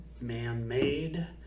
man-made